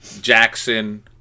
Jackson